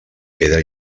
pedra